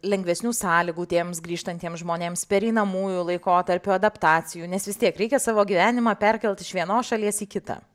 lengvesnių sąlygų tiems grįžtantiems žmonėms pereinamųjų laikotarpių adaptacijų nes vis tiek reikia savo gyvenimą perkelt iš vienos šalies į kitą